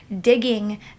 digging